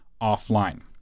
offline